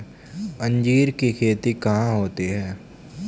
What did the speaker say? अंजीर की खेती कहाँ होती है?